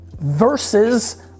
versus